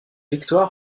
victoire